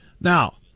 Now